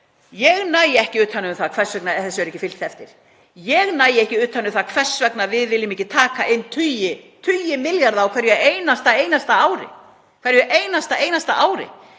Ég næ ekki utan um það hvers vegna við viljum ekki taka inn tugi milljarða á hverju einasta ári